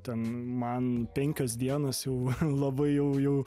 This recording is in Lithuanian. ten man penkios dienos jau labai jau jau